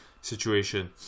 situation